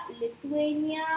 Lithuania